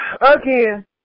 Again